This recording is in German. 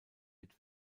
mit